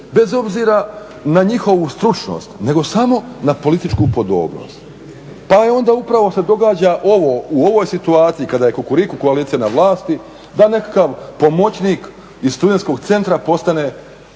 bez obzira na njihovu stručnost nego samo na političku podobnost. Pa onda upravo se događa ovo u ovoj situaciji kada je Kukuriku koalicija na vlasti da nekakav pomoćnik iz Studentskog centra postane